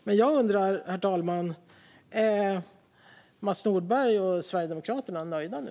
Men jag undrar, herr talman: Är Mats Nordberg och Sverigedemokraterna nöjda nu?